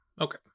Okay